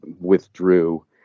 withdrew